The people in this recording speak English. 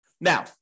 Now